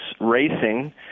racing